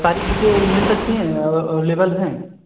सारी बुकें मिल सकती हैं अवलेबल हैं